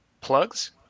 Plugs